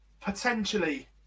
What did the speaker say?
Potentially